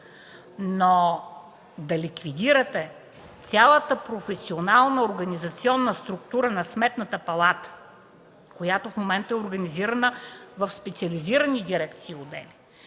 но да ликвидирате цялата професионално-организационна структура на Сметната палата, която в момента е организирана в специализирани дирекции и